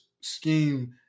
scheme –